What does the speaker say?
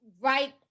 right